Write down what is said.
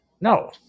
No